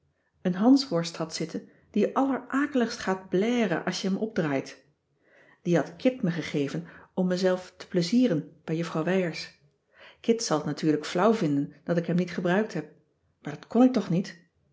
een hansworst had zitten die allerakeligst gaat blèren als je hem opdraait die had kit me gegeven om mezelf te cissy van marxveldt de h b s tijd van joop ter heul plezieren bij juffrouw wijers kit zal t natuurlijk flauw vinden dat ik hem niet gebruikt heb maar dat kon ik toch niet